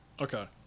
Okay